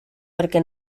perquè